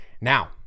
now